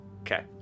Okay